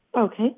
Okay